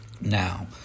Now